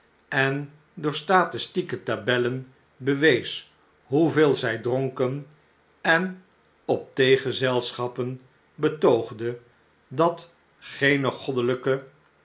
en door statistieke tabellen bewees hoeveel zij dronken en op theegezelslechte tijden schappen betoogde dat geene goddelijke